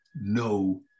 no